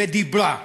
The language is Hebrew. ודיברה,